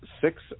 six